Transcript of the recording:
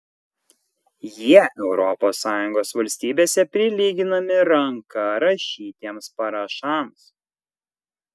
jie europos sąjungos valstybėse prilyginami ranka rašytiems parašams